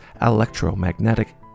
electromagnetic